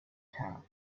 camp